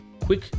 quick